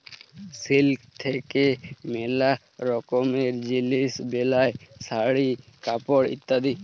silk থাক্যে ম্যালা রকমের জিলিস বেলায় শাড়ি, কাপড় ইত্যাদি